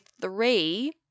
three